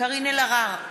קארין אלהרר,